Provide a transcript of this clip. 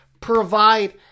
provide